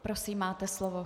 Prosím, máte slovo.